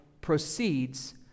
proceeds